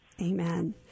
Amen